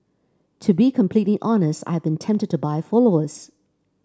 to be completely honest I have been tempted to buy followers